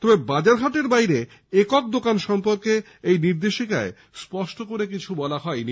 তবে বাজার হাটের বাইরে একক দোকান সম্পর্কে এই নির্দেশিকায় স্পষ্ট করে কিছু বলা হয় নি